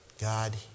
God